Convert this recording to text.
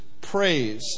praise